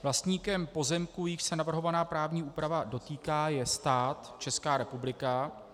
Vlastníkem pozemků, jichž se navrhovaná právní úprava dotýká, je stát, Česká republika.